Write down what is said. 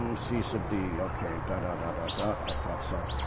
um c sub d, okay, da, da, da, da, da. i thought so.